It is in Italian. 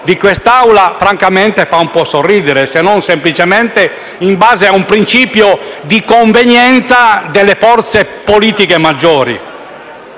di quest'Aula, francamente fa un po' sorridere, se non fosse semplicemente in base a un principio di convenienza delle forze politiche maggiori.